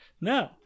No